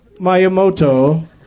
Mayamoto